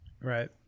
Right